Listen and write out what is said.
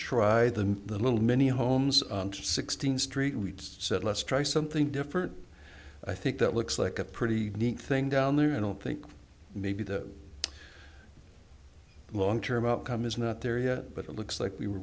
try them the little many homes on sixteenth street reached said let's try something different i think that looks like a pretty neat thing down there i don't think maybe the long term outcome is not there yet but it looks like we